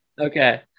Okay